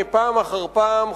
פעם אחר פעם,